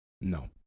No